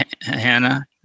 Hannah